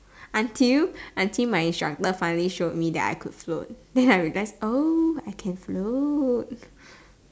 until until my instructor finally showed me that I could float then I realise oh I can float